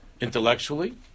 Intellectually